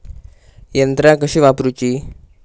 यंत्रा कशी वापरूची?